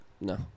No